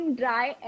dry